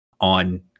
on